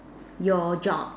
your job